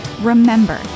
Remember